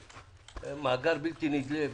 מעגל בלתי נדלה,